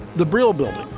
the brill building,